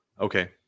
Okay